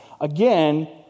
Again